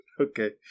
Okay